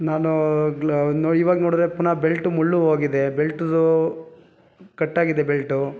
ನಾನು ಗ್ಲ್ ಇವಾಗ ನೋಡಿದರೆ ಪುನಃ ಬೆಲ್ಟು ಮುಳ್ಳು ಹೋಗಿದೆ ಬೆಲ್ಟ್ದು ಕಟ್ ಆಗಿದೆ ಬೆಲ್ಟು